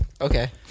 Okay